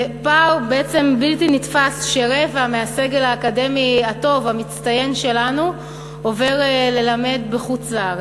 זה פער בלתי נתפס שרבע מהסגל האקדמי הטוב המצטיין שלנו עובר ללמד בחו"ל.